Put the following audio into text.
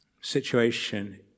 situation